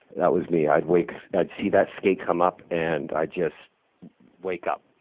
that was me. i'd wake i'd see that skate come up and i'd just wake up.